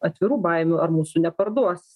atvirų baimių ar mūsų neparduos